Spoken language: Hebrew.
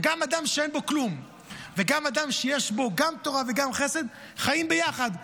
שגם אדם שאין בו כלום וגם אדם שיש בו גם תורה וגם חסד חיים ביחד,